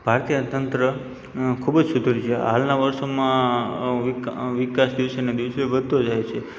ભારતીય અર્થતંત્ર ખૂબ જ સુધર્યું છે હાલના વર્ષોમાં વિકા વિકાસ દિવસે ને દિવસે વધતો જાય છે